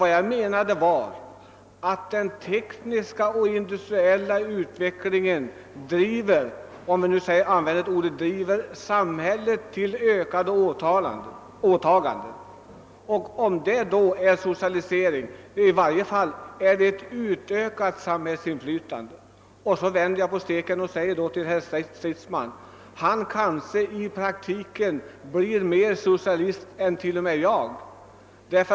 Vad jag menade var att den tekniska och industriella utvecklingen driver samhället till ett ökat antal åtaganden. Om detta inte är socialisering, är det i varje fall fråga om ett ökat samhällsinflytande. Så vänder jag på steken och säger till herr Stridsman att han i praktiken kanske blir mer socialist än t.o.m. jag är.